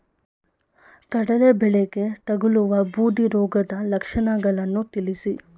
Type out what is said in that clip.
ಕಡಲೆ ಬೆಳೆಗೆ ತಗಲುವ ಬೂದಿ ರೋಗದ ಲಕ್ಷಣಗಳನ್ನು ತಿಳಿಸಿ?